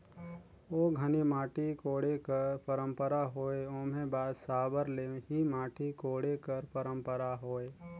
ओ घनी माटी कोड़े कर पंरपरा होए ओम्हे साबर ले ही माटी कोड़े कर परपरा होए